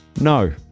no